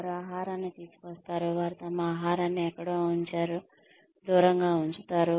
వారు ఆహారాన్ని తీసుకురావచ్చు వారు తమ ఆహారాన్ని ఎక్కడ ఉంచాలో దూరంగా ఉంచవచ్చు